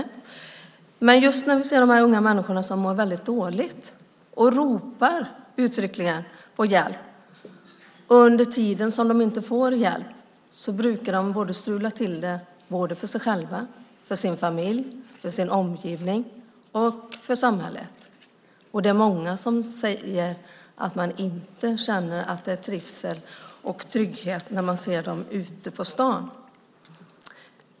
Vi ser dagligen i tidningarna unga människor som mår dåligt och uttryckligen ropar på hjälp. Under den tid de inte får någon hjälp brukar de strula till det för sig själva, för sin familj, för sin omgivning och för samhället. Det är många som säger att de inte känner någon trivsel och trygghet när man ser dessa unga människor ute på stan.